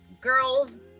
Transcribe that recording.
Girls